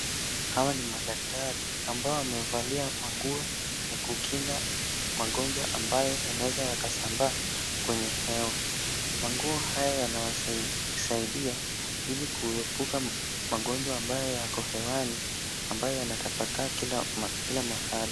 Hawa ni madaktari ambao wamevalia manguo ya kukinga magonjwa ambayo yanaeza yakasambaa kwenye hewa. Manguo haya yanawasaidia ili kuepuka magonjwa ambayo yako hewani ambayo yanatapakaa kila mahali.